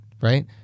Right